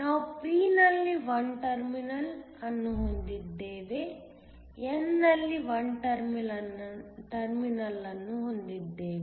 ನಾವು p ನಲ್ಲಿ 1 terminal ಅನ್ನು ಹೊಂದಿದ್ದೇವೆ n ನಲ್ಲಿ 1 ಟರ್ಮಿನಲ್ ಅನ್ನು ಹೊಂದಿದ್ದೇವೆ